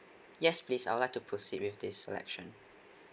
yes please I would like to proceed with this selection